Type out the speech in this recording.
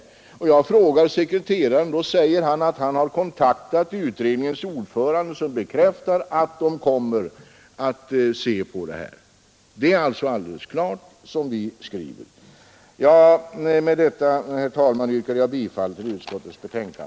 Jag har i min tur frågat sekreteraren, som säger att han kontaktat utredningens ordförande, vilken bekräftar att utredningen kommer att behandla frågan. Det är alltså alldeles klart att det förhåller sig så som vi skriver. Med detta yrkar jag, herr talman, bifall till utskottets hemställan.